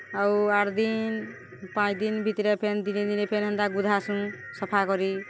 ଆଉ ଆଠ୍ ଦିନ୍ ପାଞ୍ଚ୍ ଦିନ୍ ଭିତ୍ରେ ଫେନ୍ ଦିନେ ଦିନେ ଫେନ୍ ହେନ୍ତା ଗୁଧାସୁଁ ସଫା କରି